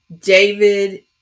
David